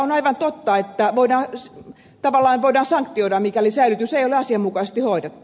on aivan totta että tavallaan voidaan sanktioida mikäli säilytys ei ole asianmukaisesti hoidettu